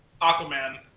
Aquaman